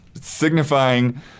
signifying